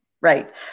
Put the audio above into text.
Right